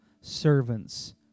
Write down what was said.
servants